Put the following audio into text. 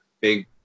big